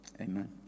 Amen